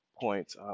points